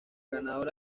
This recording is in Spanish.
ganadora